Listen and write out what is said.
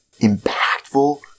impactful